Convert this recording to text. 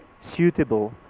suitable